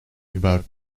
about